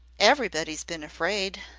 everybody's been afraid.